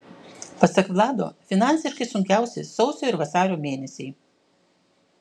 pasak vlado finansiškai sunkiausi sausio ir vasario mėnesiai